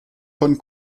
von